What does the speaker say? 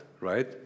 right